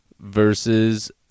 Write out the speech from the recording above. versus